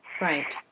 Right